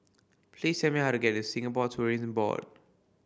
please tell me how to get to Singapore Tourism Board